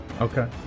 Okay